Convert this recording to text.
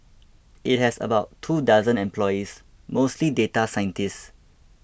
it has about two dozen employees mostly data scientists